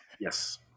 Yes